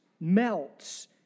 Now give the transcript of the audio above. melts